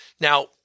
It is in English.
Now